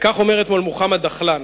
וכך אומר אתמול מוחמד דחלאן: